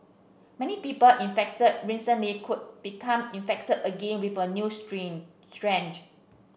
many people infected recently could become infected again with a new strain strange